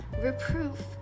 Reproof